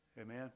Amen